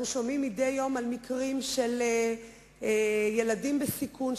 אנחנו שומעים מדי יום על מקרים של ילדים בסיכון,